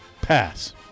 Pass